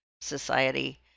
society